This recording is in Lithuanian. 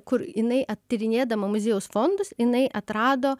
kur jinai tyrinėdama muziejaus fondus jinai atrado